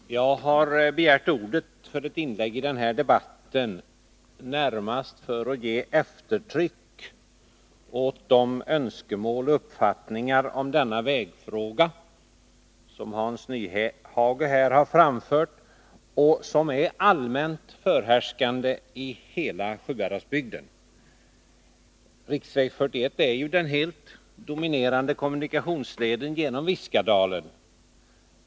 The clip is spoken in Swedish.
Herr talman! Jag har begärt ordet för ett inlägg i den här debatten närmast för att ge eftertryck åt de önskemål och uppfattningar om denna vägfråga som Hans Nyhage här har framfört och som är allmänt förhärskande i hela Sjuhäradsbygden. Riksväg 41 är den helt dominerande kommunikationsleden genom Viskadalen.